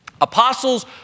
Apostles